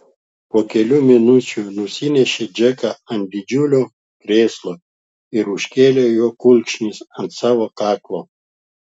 po kelių minučių nusinešė džeką ant didžiulio krėslo ir užkėlė jo kulkšnis ant savo kaklo